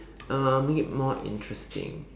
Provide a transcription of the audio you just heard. uh make it more interesting